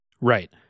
right